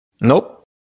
Nope